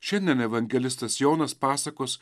šiandien evangelistas jonas pasakos